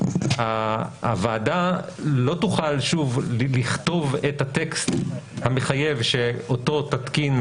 הוועדה לא תוכל שוב לכתוב את הטקסט המחייב שאותו תתקין,